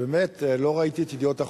ובאמת לא ראיתי את "ידיעות אחרונות".